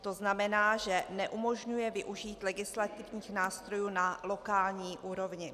To znamená, že neumožňuje využít legislativních nástrojů na lokální úrovni.